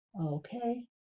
okay